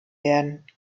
werden